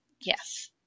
Yes